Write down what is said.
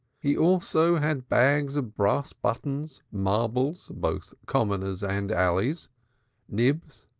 he also had bags of brass buttons, marbles, both commoners and alleys nibs,